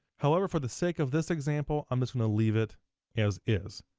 however, for the sake of this example, i'm just gonna leave it as is.